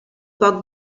poc